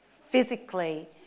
physically